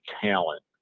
talent